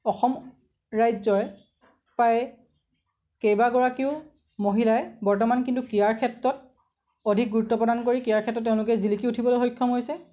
অসম ৰাজ্যই প্ৰায় কেইবাগৰাকীয়ো মহিলাই বৰ্তমান কিন্তু ক্ৰীয়াৰ ক্ষেত্ৰত অধিক গুৰুত্ব প্ৰদান কৰি ক্ৰীয়াৰ ক্ষেত্ৰত তেওঁলোক জিলিকি উঠিবলৈ সক্ষম হৈছে